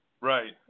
Right